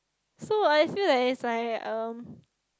so I feel like it's like um